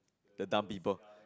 the dumb people